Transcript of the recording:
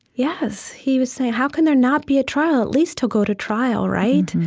yes. he was saying, how can there not be a trial? at least he'll go to trial, right?